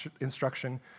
instruction